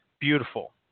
beautiful